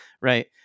Right